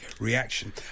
reaction